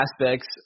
aspects